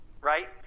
right